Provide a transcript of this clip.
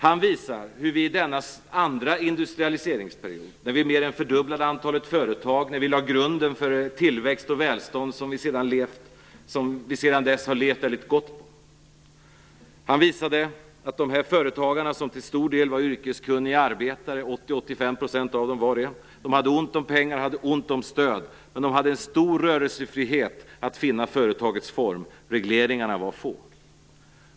Han visar hur vi i denna andra industrialiseringsperiod mer än fördubblade antalet företag och lade grunden för den tillväxt och det välstånd som vi sedan dess har levt väldigt gott på. Han visar att dessa företagare, som till stor del var yrkeskunniga arbetare, 80-85 % var det, hade ont om pengar och ont om stöd. Men de hade en stor rörelsefrihet när det gällde att finna företagets form. Regleringarna var få.